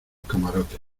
camarotes